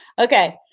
Okay